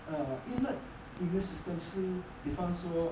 err innate immune system 是比方说